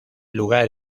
lugar